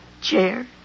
chair